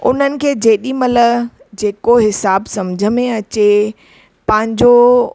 उन्हनि खे जेॾी महिल जेको हिसाब सम्झ में अचे पंहिंजो